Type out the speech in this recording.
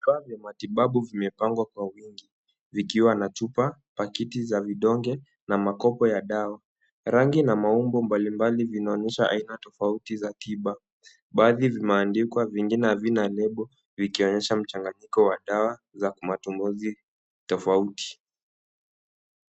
Vifaa vya matibabu vimepangwa kwa wingi vikiwa na chupa, pakiti za vidonge na makopo ya dawa. Rangi na maumbo mbalimbali vinaonyesha aina tofauti za tiba. Baadhi vimeandikwa vingine havina lebo vikionyesha mchanganyiko wa dawa za matumizi tofauti.